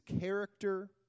character